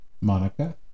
Monica